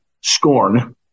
scorn